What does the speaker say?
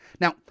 now